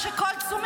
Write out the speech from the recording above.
רשותך.